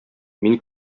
мин